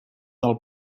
del